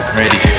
ready